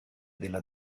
della